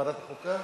ועדת חוקה?